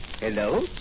Hello